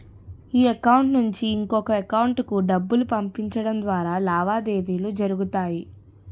ఈ అకౌంట్ నుంచి ఇంకొక ఎకౌంటుకు డబ్బులు పంపించడం ద్వారా లావాదేవీలు జరుగుతాయి